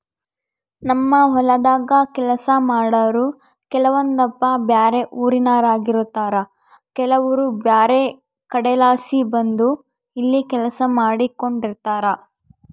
ನಮ್ಮ ಹೊಲದಾಗ ಕೆಲಸ ಮಾಡಾರು ಕೆಲವೊಂದಪ್ಪ ಬ್ಯಾರೆ ಊರಿನೋರಾಗಿರುತಾರ ಕೆಲವರು ಬ್ಯಾರೆ ಕಡೆಲಾಸಿ ಬಂದು ಇಲ್ಲಿ ಕೆಲಸ ಮಾಡಿಕೆಂಡಿರ್ತಾರ